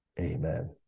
amen